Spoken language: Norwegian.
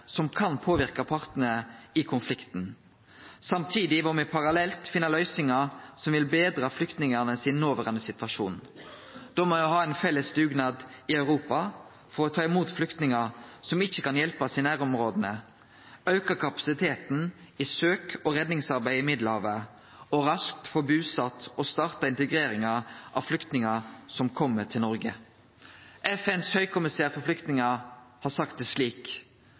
som kan påverke partane i konflikten. Samtidig må me parallelt finne løysingar som vil betre flyktningane sin noverande situasjon. Da må me ha ein felles dugnad i Europa for å ta imot flyktningar som ikkje kan hjelpast i nærområda, auke kapasiteten i søk- og redningsarbeidet i Middelhavet og raskt få busett og starta integreringa av flyktningar som kjem til Noreg. FNs høgkommissær for flyktningar har sagt det slik: